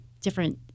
different